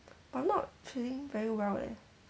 but I'm not feeling very well leh